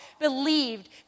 believed